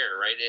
right